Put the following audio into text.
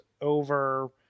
over